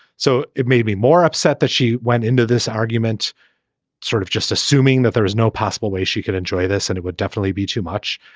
so it made me more upset that you went into this argument sort of just assuming that there is no possible way she could enjoy this and it would definitely be too much.